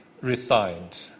resigned